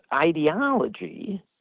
ideology